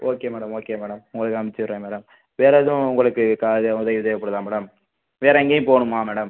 okay madam okay madam உங்களுக்கு அமுச்சிவிட்றேன் madam வேறு எதுவும் உங்களுக்கு காரில் இது உதவி தேவைப்படுதா மேடம் வேறு எங்கேயும் போகணுமா மேடம்